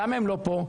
למה הם לא פה?